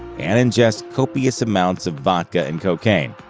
and ingest copious amounts of vodka and cocaine.